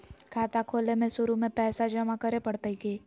खाता खोले में शुरू में पैसो जमा करे पड़तई की?